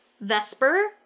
Vesper